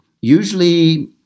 usually